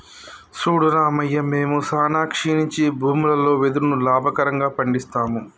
సూడు రామయ్య మేము సానా క్షీణించి భూములలో వెదురును లాభకరంగా పండిస్తాము